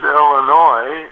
Illinois